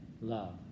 love